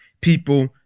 people